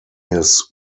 his